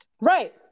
Right